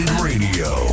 Radio